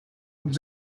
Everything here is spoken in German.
und